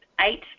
eight